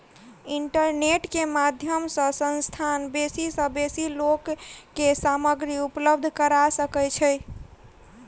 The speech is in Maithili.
इंटरनेट के माध्यम सॅ संस्थान बेसी सॅ बेसी लोक के सामग्री उपलब्ध करा सकै छै